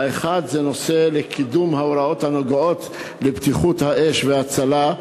האחד הוא קידום ההוראות הנוגעות לבטיחות האש וההצלה,